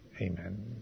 Amen